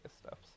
steps